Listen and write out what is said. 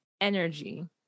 energy